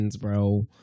bro